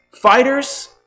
fighters